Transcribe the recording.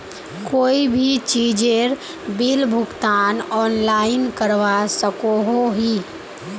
कोई भी चीजेर बिल भुगतान ऑनलाइन करवा सकोहो ही?